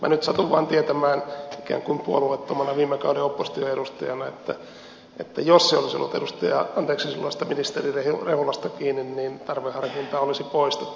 minä nyt satun vaan tietämään ikään kuin puolueettomana viime kauden oppositioedustajana että jos se olisi ollut silloisesta ministeri rehulasta kiinni niin tarveharkinta olisi poistettu